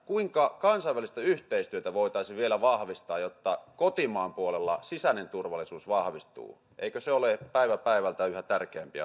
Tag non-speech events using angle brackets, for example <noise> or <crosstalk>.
kuinka kansainvälistä yhteistyötä voitaisiin vielä vahvistaa jotta kotimaan puolella sisäinen turvallisuus vahvistuu eikö se ole päivä päivältä yhä tärkeämpi <unintelligible>